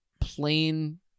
plain